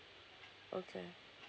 okay